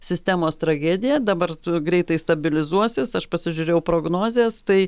sistemos tragedija dabar tu greitai stabilizuosis aš pasižiūrėjau prognozes tai